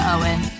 Owen